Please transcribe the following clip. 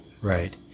Right